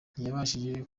ntiyabashije